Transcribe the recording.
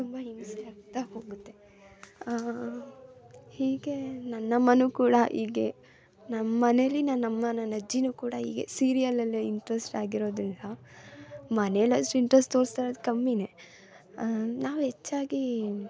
ತುಂಬ ಹಿಂಸೆ ಆಗ್ತ ಹೋಗುತ್ತೆ ಹೀಗೆ ನನ್ನಮ್ಮನೂ ಕೂಡ ಹೀಗೆ ನಮ್ಮನೇಲಿ ನನ್ನಮ್ಮ ನನ್ನಜ್ಜಿಯೂ ಕೂಡ ಹೀಗೆ ಸೀರಿಯಲ್ಲಲ್ಲೆ ಇಂಟ್ರೆಸ್ಟ್ ಆಗಿರೋದರಿಂದ ಮನೇಲಿ ಅಷ್ಟು ಇಂಟ್ರೆಸ್ಟ್ ತೋರಿಸ್ತಾ ಇರೋದು ಕಮ್ಮಿಯೇ ನಾವು ಹೆಚ್ಚಾಗಿ